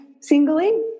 singly